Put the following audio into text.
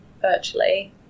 virtually